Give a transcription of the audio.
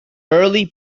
early